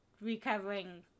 recovering